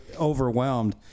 overwhelmed